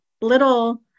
little